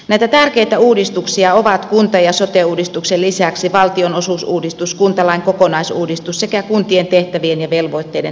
näitä tärkeitä uudistuksia ovat kunta ja sote uudistuksen lisäksi valtionosuusuudistus kuntalain kokonaisuudistus sekä kuntien tehtävien ja velvoitteiden tasapainottaminen